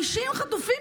50 חטופים,